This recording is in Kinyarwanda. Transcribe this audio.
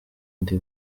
ndi